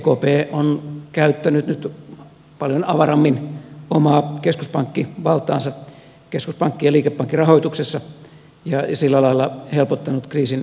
ekp on käyttänyt nyt paljon avarammin omaa keskuspankkivaltaansa keskuspankki ja liikepankkirahoituksessa ja sillä lailla helpottanut kriisin hoitoa